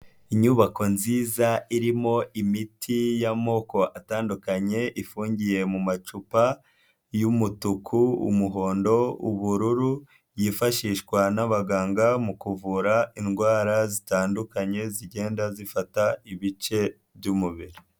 Inyubako nziza irimo imiti y'amoko atandukanye ifungiye mu macupa y'umutuku, umuhondo, ubururu, yifashishwa n'abaganga mu kuvura indwara zitandukanye zigenda zifata ibice by'umubiri.